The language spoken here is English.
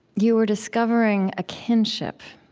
you were discovering a kinship,